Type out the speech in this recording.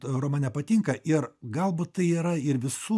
romane patinka ir galbūt tai yra ir visų